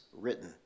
written